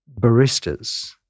baristas